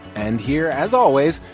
and here, as always,